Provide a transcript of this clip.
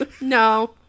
No